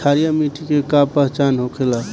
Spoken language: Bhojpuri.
क्षारीय मिट्टी के का पहचान होखेला?